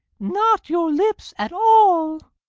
not your lips at all.